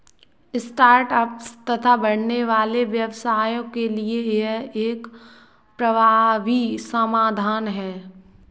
start ups तथा बढ़ने वाले व्यवसायों के लिए यह एक प्रभावी समाधान है